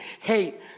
hate